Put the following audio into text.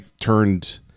turned